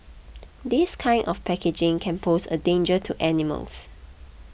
this kind of packaging can pose a danger to animals